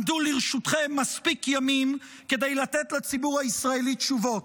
עמדו לרשותכם מספיק ימים כדי לתת לציבור הישראלי תשובות.